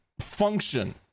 function